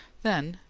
then,